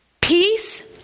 Peace